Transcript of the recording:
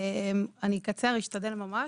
אני אקצר, אשתדל ממש.